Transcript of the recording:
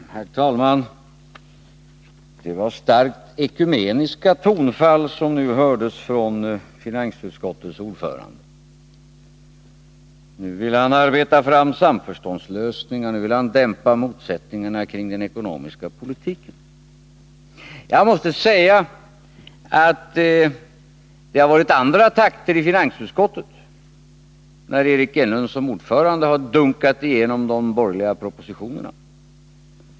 Herr talman! Det var starkt ekumeniska tonfall som nu hördes från finansutskottets ordförande. Nu vill han arbeta fram samförståndslösningar, nu vill han dämpa motsättningarna kring den ekonomiska politiken. Jag måste säga att det varit andra takter i finansutskottet när Eric Enlund som ordförande dunkat igenom de borgerliga propositionerna.